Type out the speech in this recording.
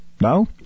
No